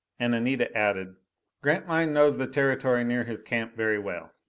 and anita added grantline knows the territory near his camp very well.